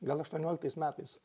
gal aštuonioliktaisiais metais